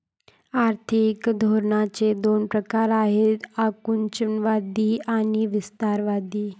आर्थिक धोरणांचे दोन प्रकार आहेत आकुंचनवादी आणि विस्तारवादी